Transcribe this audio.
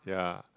ya